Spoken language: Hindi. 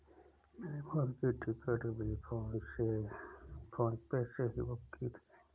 मैंने मूवी की टिकट भी फोन पे से ही बुक की थी